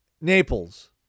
Naples